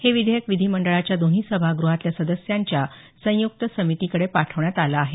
हे विधेयक विधिमंडळाच्या दोन्ही सभागृहातल्या सदस्यांच्या संयुक्त समितीकडे पाठवण्यात आलं आहे